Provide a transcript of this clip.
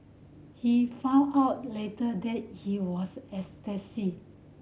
he found out later that he was ecstasy